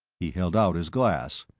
he held out his glass.